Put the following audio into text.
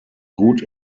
gut